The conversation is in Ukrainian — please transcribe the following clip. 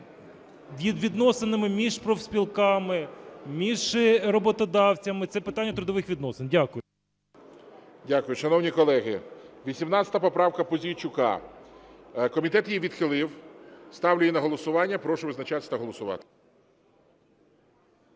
з відносинами між профспілками, між роботодавцями. Це питання трудових відносин. Дякую. ГОЛОВУЮЧИЙ. Дякую. Шановні колеги, 18 поправка Пузійчука. Комітет її відхилив. Ставлю її на голосування. Прошу визначатись та голосувати.